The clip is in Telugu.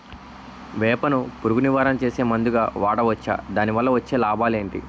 వేప ను పురుగు నివారణ చేసే మందుగా వాడవచ్చా? దాని వల్ల వచ్చే లాభాలు ఏంటి?